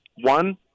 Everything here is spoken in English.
one